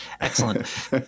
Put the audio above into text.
Excellent